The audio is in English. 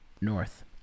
North